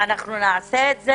נעשה זאת.